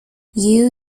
you